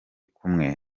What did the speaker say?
kumwe